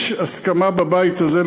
יש הסכמה בבית הזה,